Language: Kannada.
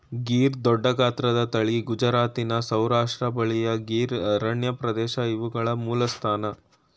ಗೀರ್ ದೊಡ್ಡಗಾತ್ರದ ತಳಿ ಗುಜರಾತಿನ ಸೌರಾಷ್ಟ್ರ ಬಳಿಯ ಗೀರ್ ಅರಣ್ಯಪ್ರದೇಶ ಇವುಗಳ ಮೂಲಸ್ಥಾನ